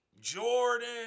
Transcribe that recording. Jordan